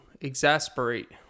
exasperate